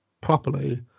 properly